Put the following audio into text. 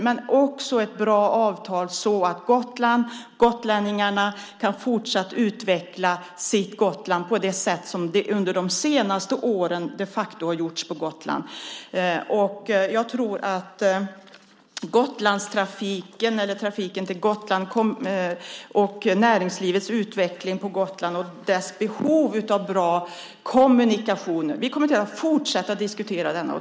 Men det ska också vara ett bra avtal så att gotlänningarna fortsatt kan utveckla sitt Gotland på det sätt som det de senaste åren de facto har gjorts på Gotland. Trafiken till Gotland handlar om näringslivets utveckling på Gotland och dess behov av bra kommunikationer. Vi kommer att fortsätta att diskutera det.